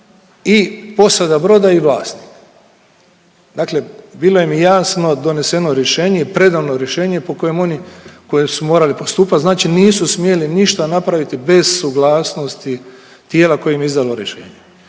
i posada broda i vlasnik. Dakle, bilo im je jasno doneseno rješenje i predano rješenje po kojem oni, kojem su morali postupati znači nisu smjeli ništa napraviti bez suglasnosti tijela koje im je izdalo rješenje.